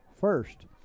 first